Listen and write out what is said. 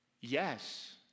yes